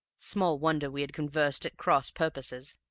small wonder we had conversed at cross-purposes